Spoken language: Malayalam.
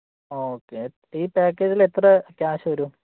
ഓക്കെ ഈ പാക്കേജിൽ എത്ര ക്യാഷ് വരും